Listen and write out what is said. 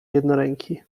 jednoręki